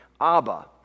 Abba